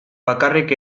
bakarrik